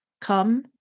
come